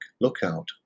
Lookout